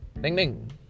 Ding-ding